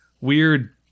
weird